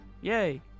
Yay